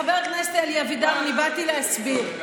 חבר הכנסת אלי אבידר, אני באתי להסביר.